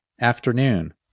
afternoon